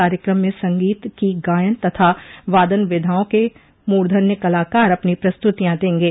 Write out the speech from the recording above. कार्यकम में संगीत की गायन तथा वादन विधाओं के मूधन्य कलाकार अपनी प्रस्तुतियां देंगे